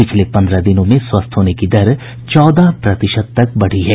पिछले पंद्रह दिनों में स्वस्थ होने की दर चौदह प्रतिशत तक बढ़ी है